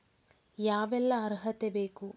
ಯಾವೆಲ್ಲ ಅರ್ಹತೆ ಬೇಕು?